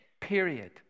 period